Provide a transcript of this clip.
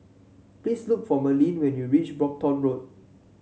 please look for Merlin when you reach Brompton Road